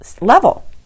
level